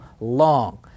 long